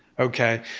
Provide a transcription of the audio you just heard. okay?